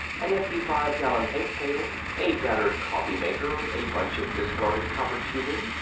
an empty five-gallon paint pail, a battered coffee maker, a bunch of discarded copper tubing,